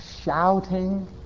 shouting